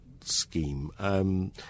scheme